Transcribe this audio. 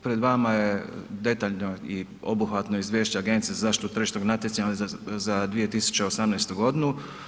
Pred vama je detaljno i obuhvatno izvješće Agencije za zaštitu tržišnog natjecanja za 2018. godinu.